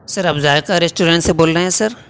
سر آپ ذائقہ ریسٹورنٹ سے بول رہے ہیں سر